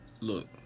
look